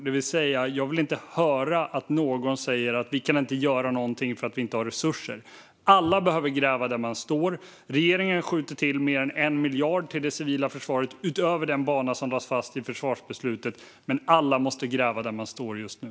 Det betyder att jag inte vill höra att någon säger att vi inte kan göra någonting för att vi inte har resurser. Alla behöver gräva där de står. Regeringen skjuter till mer än 1 miljard kronor till det civila försvaret, utöver den bana som lades fast i försvarsbeslutet. Men alla måste gräva där de står just nu.